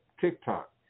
TikTok